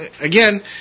again